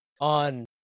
on